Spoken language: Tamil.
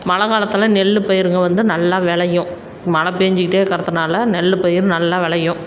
மழை காலத்தில் நெல் பயிருங்க வந்து நல்லா விளையும் மழை பேஞ்சுக்கிட்டே இருக்கறத்துனால நெல் பயிர் நல்லா விளையும்